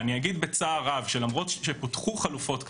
אני אגיד בצער רב שלמרות שפותחו חלופות כאלה,